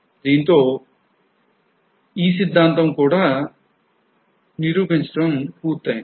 దీంతో ఈ సిద్ధాంతం నిరూపణ పూర్తయింది